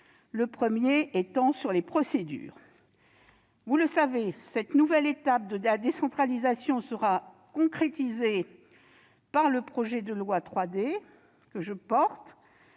le premier concernant les procédures. Vous le savez, cette nouvelle étape de la décentralisation sera concrétisée par le projet de loi 3D que je porte,